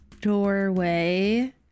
doorway